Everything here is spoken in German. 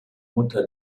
mutter